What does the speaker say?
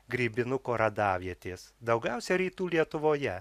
grybinuko radavietės daugiausia rytų lietuvoje